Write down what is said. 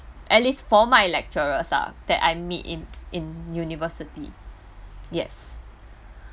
at least for my lecturers lah that I meet in in university yes